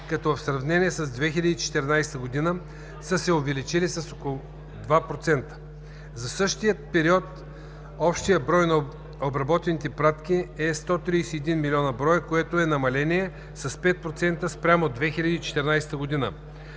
като в сравнение с 2014 г. са се увеличили с около 2%. За същия период общият брой на обработените пратки е 131 милиона броя, което е намаление с 5% спрямо 2014 г.